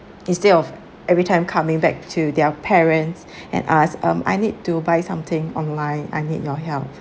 instead of every time coming back to their parents and ask um I need to buy something online I need your help